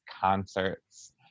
concerts